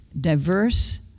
diverse